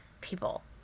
people